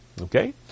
Okay